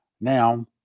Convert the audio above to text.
now